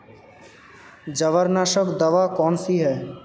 जवारनाशक दवा कौन सी है?